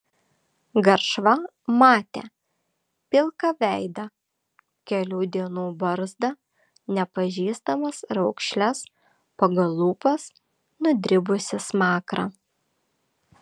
garšva matė pilką veidą kelių dienų barzdą nepažįstamas raukšles pagal lūpas nudribusį smakrą